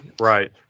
Right